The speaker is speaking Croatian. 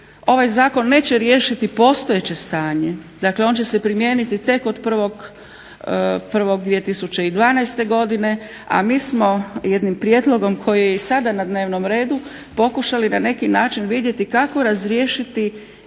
ovaj zakon neće riješiti postojeće stanje. Dakle, on će se primijeniti tek od 1.1.2012. godine, a mi smo jednim prijedlogom koji je sada na dnevnom redu pokušali na neki način vidjeti kako razriješiti